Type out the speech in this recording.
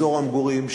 אזור המגורים,